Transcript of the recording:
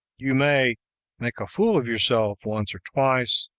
you may make a fool of yourself once or twice,